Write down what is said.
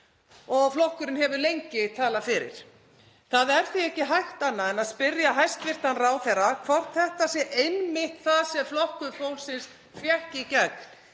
og flokkurinn hefur lengi talað fyrir. Það er því ekki hægt annað en að spyrja hæstv. ráðherra hvort þetta sé einmitt það sem Flokkur fólksins fékk í gegn